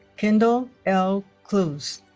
kendall l. clouse